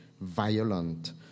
violent